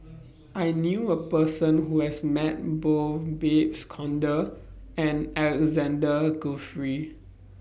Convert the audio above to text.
I knew A Person Who has Met Both Babes Conde and Alexander Guthrie